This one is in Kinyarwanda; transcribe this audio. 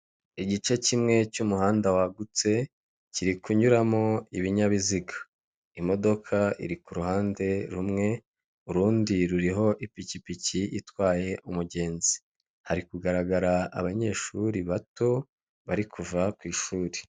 Igice kimwe cy'umuhanda wagutse kiri kunyuramo ibinyabiziga. Imodoka iri ku ruhande rumwe urundi rurimo ipikipiki itwaye umugenzi. Hari kugaragara abanyeshuri bato bari kuva ku ishuri.